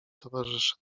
towarzysze